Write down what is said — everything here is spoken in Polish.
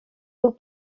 był